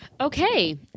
Okay